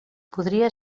podria